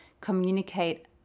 communicate